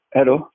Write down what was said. Hello